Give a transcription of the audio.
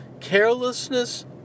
Carelessness